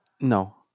no